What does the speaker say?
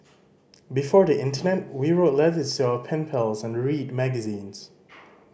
before the internet we wrote letters to our pen pals and read magazines